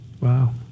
Wow